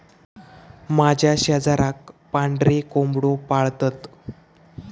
माझ्या शेजाराक पांढरे कोंबड्यो पाळतत